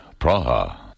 Praha